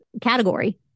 category